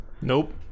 Nope